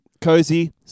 Cozy